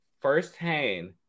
firsthand